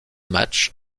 matchs